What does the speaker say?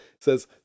says